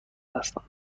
هستند